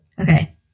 Okay